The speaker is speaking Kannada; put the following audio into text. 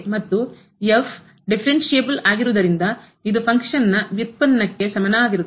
ಮತ್ತು f ಆಗಿರುವುದರಿಂದ ಇದು ಫಂಕ್ಷನ್ನ ವ್ಯುತ್ಪನ್ನಕ್ಕೆ derivative ಗೆ ಸಮಾನವಾಗಿರುತ್ತದೆ